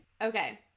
Okay